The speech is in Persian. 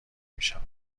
میشود